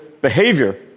behavior